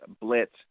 Blitz